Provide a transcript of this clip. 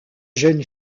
jeune